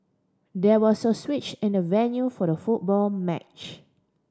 there was a switch in the venue for the football match